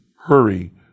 hurry